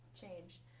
change